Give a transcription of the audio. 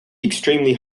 extremely